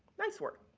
nice word.